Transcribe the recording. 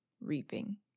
reaping